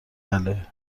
بله